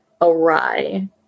awry